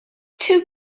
too